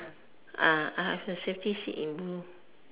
I have the safety seat in blue